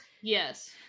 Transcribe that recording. Yes